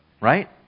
right